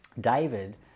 David